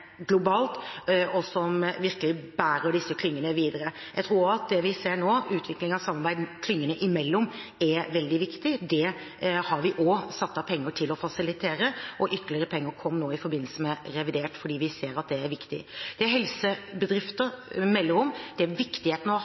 globalt, og som virkelig bærer disse tingene videre. Jeg tror også at det vi ser nå, utviklingen av samarbeid klyngene imellom, er veldig viktig. Det har vi også satt av penger til å fasilitere, og ytterligere penger kom nå i forbindelse med revidert budsjett, fordi vi ser at det er viktig. Det helsebedrifter melder om, er viktigheten